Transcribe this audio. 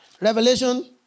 Revelation